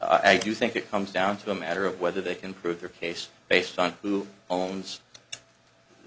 i do think it comes down to a matter of whether they can prove their case based on who owns